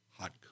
hot